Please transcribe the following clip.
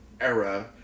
era